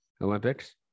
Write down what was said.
Olympics